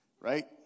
Right